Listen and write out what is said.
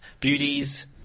beauties